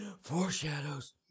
foreshadows